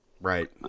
Right